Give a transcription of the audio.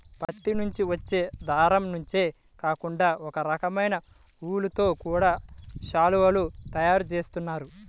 పత్తి నుంచి వచ్చే దారం నుంచే కాకుండా ఒకరకమైన ఊలుతో గూడా శాలువాలు తయారు జేత్తన్నారు